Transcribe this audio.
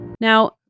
Now